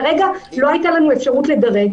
כרגע לא היתה לנו אפשרות לדרג.